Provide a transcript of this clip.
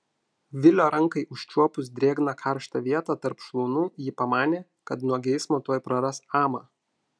vilio rankai užčiuopus drėgną karštą vietą tarp šlaunų ji pamanė kad nuo geismo tuoj praras amą